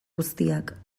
guztiak